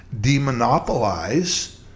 demonopolize